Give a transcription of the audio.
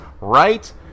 right